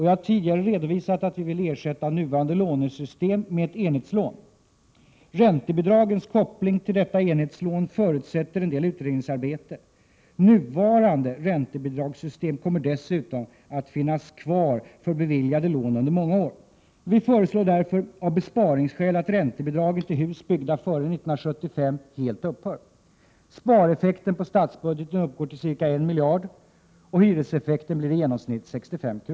Jag har tidigare redovisat att vi vill ersätta nuvarande lånesystem med ett enhetslån. Räntebidragens koppling till detta enhetslån förutsätter en del utredningsarbete. Nuvarande räntebidragssystem kommer dessutom att finnas kvar för beviljade lån under många år. Vi föreslår därför av besparingsskäl att räntebidragen till hus byggda före 1975 helt upphör. Spareffekten på statsbudgeten uppgår till ca 1 miljard, och hyreseffekten blir i genomsnitt 65 kr.